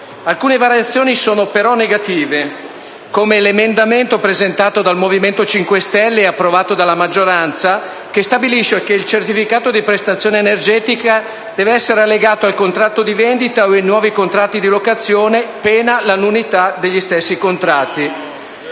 Alcune variazioni sono però negative, come l'emendamento presentato dal Movimento 5 Stelle e approvato dalla maggioranza, che stabilisce che il certificato di prestazione energetica deve essere allegato al contratto di vendita o ai nuovi contratti di locazione, pena la nullità degli stessi contratti.